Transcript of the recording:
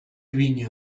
viña